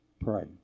Pray